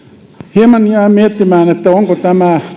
hieman jään miettimään onko tämä